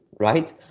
right